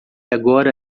agora